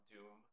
Doom